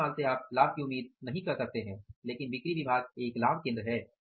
कच्चे माल से आप लाभ की उम्मीद नहीं कर सकते हैं लेकिन बिक्री विभाग एक लाभ केंद्र है